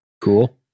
Cool